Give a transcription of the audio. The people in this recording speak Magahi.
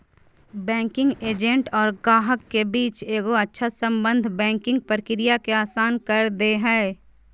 बैंकिंग एजेंट और गाहक के बीच एगो अच्छा सम्बन्ध बैंकिंग प्रक्रिया के आसान कर दे हय